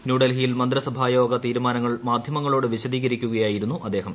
ന്യൂഡൽഹിയിൽ മന്ത്രിസഭായോഗ തീരുമാനങ്ങൾ മാധ്യമങ്ങളോട് വിശദീകരിക്കുകയായിരുന്നു അദ്ദേഹം